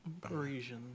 Parisian